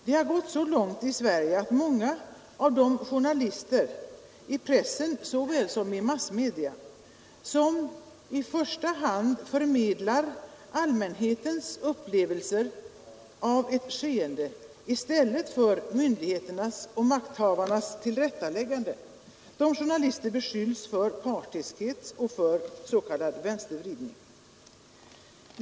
Det har gått så långt i Sverige att många av de journalister — i pressen såväl som i etermedia — som i första hand förmedlar allmänhetens upplevelser av ett skeende i stället för myndigheternas och makthavarnas tillrättalägganden beskylls för partiskhet och ”vänstervridning”.